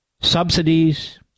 subsidies